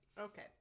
Okay